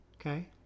okay